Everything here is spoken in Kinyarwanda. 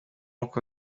uko